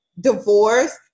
divorce